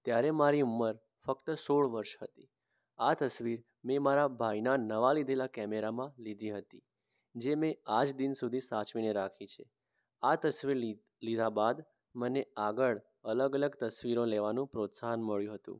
ત્યારે મારી ઉંમર ફક્ત સોળ વર્ષ હતી આ તસવીર મેં મારા ભાઈના નવા લીધેલા કેમેરામાં લીધી હતી જે મેં આજ દિન સુધી સાચવીને રાખી છે આ તસવીર લી લીધા બાદ મને આગળ અલગ અલગ તસવીરો લેવાનું પ્રોત્સાહન મળ્યું હતું